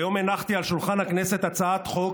היום הנחתי על שולחן הכנסת הצעת חוק: